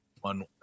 one